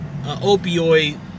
opioid